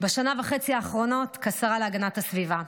בשנה וחצי האחרונות כשרה להגנת הסביבה.